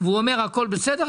והוא אומר שהכול בסדר,